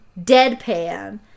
deadpan